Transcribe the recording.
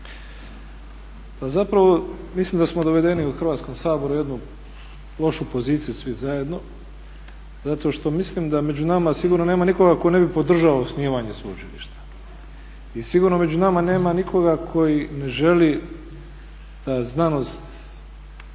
Pa zapravo mislim da smo dovedeni u Hrvatskom saboru u jednu lošu poziciju svi zajedno zato što mislim da među nama sigurno nema nikoga tko ne bi podržao osnivanje sveučilišta i sigurno među nama nema nikoga koji ne želi da znanost